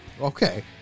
Okay